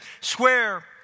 Swear